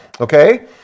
okay